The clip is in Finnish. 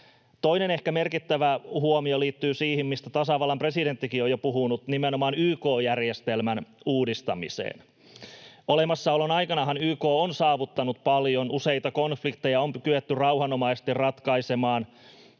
Toinen ehkä merkittävä huomio liittyy siihen, mistä tasavallan presidenttikin on jo puhunut, nimenomaan YK-järjestelmän uudistamiseen. Olemassaolon aikanahan YK on saavuttanut paljon, useita konflikteja on kyetty rauhanomaisesti ratkaisemaan,